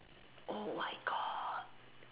oh my god